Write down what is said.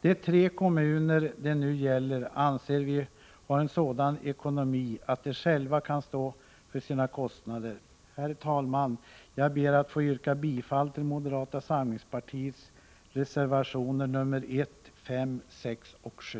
De tre kommuner det nu gäller anser vi ha en sådan ekonomi att de själva kan stå för sina kostnader. Herr talman! Jag ber att få yrka bifall till moderata samlingspartiets reservationer 1, 5, 6 och 7.